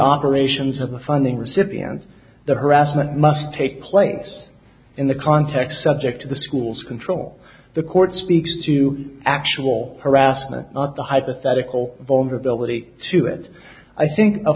operations of the funding recipient the harassment must take place in the context subject to the school's control the court speaks to actual harassment not the hypothetical vulnerability to it i think